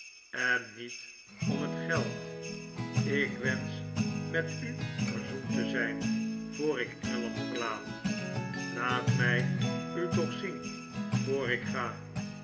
en niet om het geld ik wensch met u verzoend te zijn voor ik engeland verlaat laat mij u toch zien voor ik ga